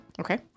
Okay